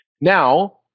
Now